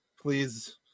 please